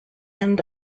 end